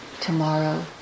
tomorrow